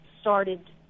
started